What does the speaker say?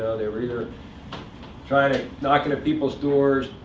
they were either trying to knocking at people's doors,